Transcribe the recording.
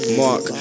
mark